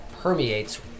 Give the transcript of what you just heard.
permeates